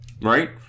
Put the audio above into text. right